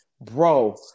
bro